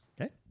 Okay